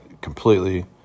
completely